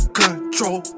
control